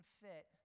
fit